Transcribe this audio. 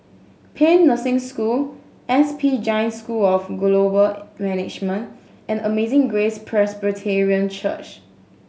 Paean Nursing School S P Jain School of Global Management and Amazing Grace Presbyterian Church